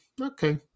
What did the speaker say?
Okay